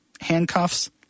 handcuffs